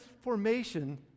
formation